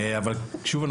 אבל שוב,